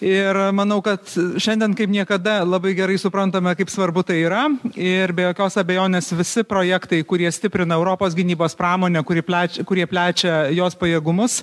ir manau kad šiandien kaip niekada labai gerai suprantame kaip svarbu tai yra ir be jokios abejonės visi projektai kurie stiprina europos gynybos pramonę kuri pleč kurie plečia jos pajėgumus